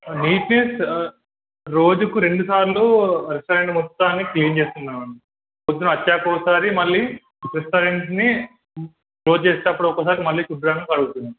neatness రోజుకు రెండుసార్లు restaurant మొత్తాన్ని క్లీన్ చేస్తున్నాను పొద్దున్న తెరిచాక ఒక సారి మళ్ళీ రెస్టారెంట్ని క్లోజ్ చేసేటప్పుడు ఒక్కసారి మళ్ళీ శుభ్రంగా కడుగుతున్నాను